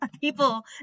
people